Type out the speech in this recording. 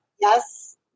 Yes